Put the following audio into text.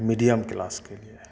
medium क्लासके लिए